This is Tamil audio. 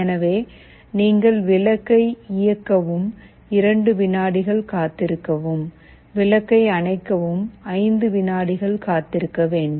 எனவே நீங்கள் விளக்கை இயக்கவும் 2 வினாடிகள் காத்திருக்கவும் விளக்கை அணைக்கவும் 5 வினாடிகள் காத்திருக்க வேண்டும்